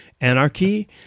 Anarchy